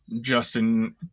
Justin